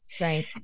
Right